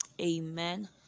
amen